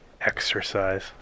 exercise